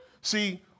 See